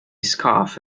scarf